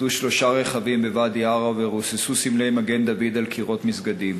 הוצתו שלושה רכבים בוואדי-עארה ורוססו סמלי מגן-דוד על קירות מסגדים.